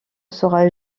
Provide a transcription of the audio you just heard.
sera